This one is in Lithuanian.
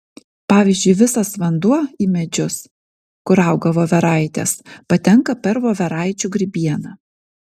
pavyzdžiui visas vanduo į medžius kur auga voveraitės patenka per voveraičių grybieną